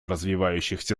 развивающихся